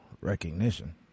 recognition